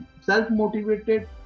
self-motivated